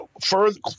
further